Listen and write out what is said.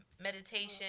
meditation